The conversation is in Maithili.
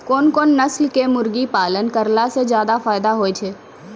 कोन कोन नस्ल के मुर्गी पालन करला से ज्यादा फायदा होय छै?